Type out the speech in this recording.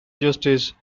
justice